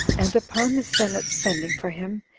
and upon the senate's sending for him,